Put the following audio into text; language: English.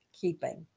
keeping